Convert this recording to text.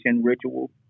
ritual